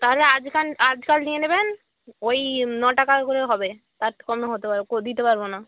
তাহলে আজকান আজকাল নিয়ে নেবেন ওই ন টাকা করে হবে তার কমে হতে পারে কো দিতে পারবো না